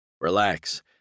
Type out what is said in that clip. Relax